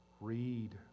read